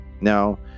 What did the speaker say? Now